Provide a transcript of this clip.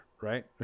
right